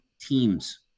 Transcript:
teams